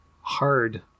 hard